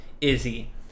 Izzy